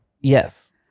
Yes